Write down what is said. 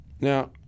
now